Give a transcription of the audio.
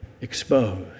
exposed